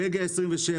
בלגיה 27,